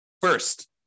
First